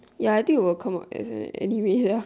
ya I think it will come out is it anyway ya